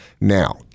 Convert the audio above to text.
Now